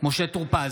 משה טור פז,